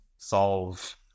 Solve